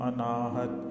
Anahat